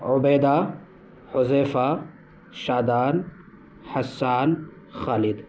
Ubaidah Huzaifa Shadan Hassan Khalid